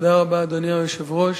תודה רבה, אדוני היושב-ראש.